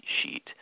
sheet